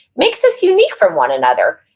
makes us unique from one another.